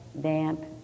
damp